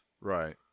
right